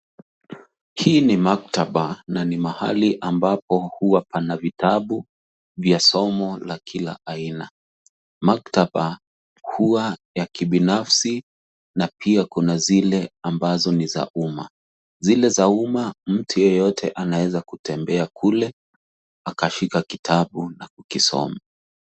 Hii ni maktaba na ni mahali ambapo pana vitabu vya somo la kila aina. Maktaba huwa yakibanfsi na pia kuna zile ambazo ni za umma. Zile za umma mtu yeyote anaweza kutembea kula, akashika kitabu na kukisoma.